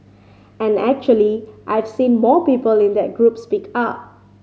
and actually I've seen more people in that group speak up